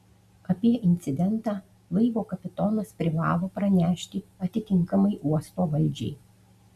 apie incidentą laivo kapitonas privalo pranešti atitinkamai uosto valdžiai